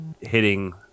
hitting